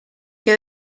que